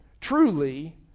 truly